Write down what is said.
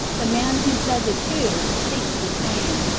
the man he says it to, thinks the same.